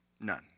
None